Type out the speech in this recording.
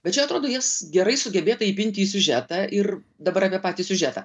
bet čia atrodo jas gerai sugebėta įpinti į siužetą ir dabar apie patį siužetą